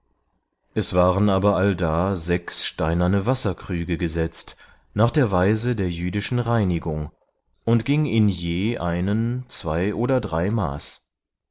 es waren aber allda sechs steinerne wasserkrüge gesetzt nach der weise der jüdischen reinigung und ging in je einen zwei oder drei maß